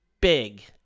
big